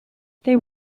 they